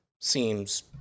seems